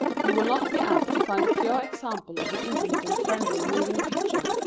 you will not be apt to find a pure example of the intimate-and-friendly moving picture,